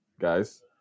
guys